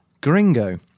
Gringo